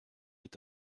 est